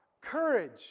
Courage